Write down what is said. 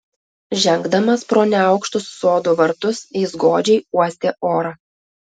žengdamas pro neaukštus sodų vartus jis godžiai uostė orą